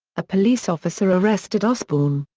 a police officer arrested osbourne,